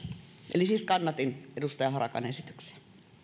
eli siis kannatin edustaja harakan esityksiä